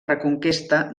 reconquesta